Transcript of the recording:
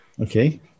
Okay